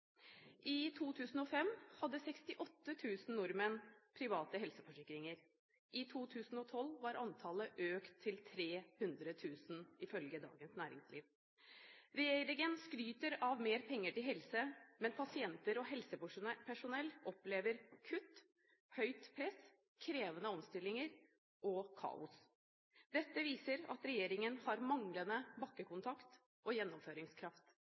I 2005 hadde 68 000 nordmenn private helseforsikringer, i 2012 var antallet økt til 300 000 ifølge Dagens Næringsliv. Regjeringen skryter av mer penger til helse, men pasienter og helsepersonell opplever kutt, høyt press, krevende omstillinger og kaos. Dette viser at regjeringen har manglende bakkekontakt og gjennomføringskraft.